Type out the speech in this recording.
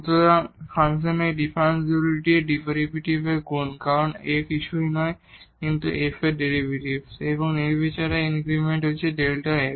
সুতরাং ফাংশনের এই ডিফারেনশিয়ালটি এর ডেরিভেটিভের গুন কারণ A কিছুই নয় কিন্তু এই f এর ডেরিভেটিভ এবং নির্বিচারে ইনক্রিমেন্ট Δ x